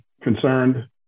concerned